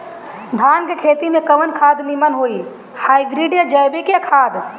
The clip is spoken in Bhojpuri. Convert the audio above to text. धान के खेती में कवन खाद नीमन होई हाइब्रिड या जैविक खाद?